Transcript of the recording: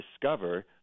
discover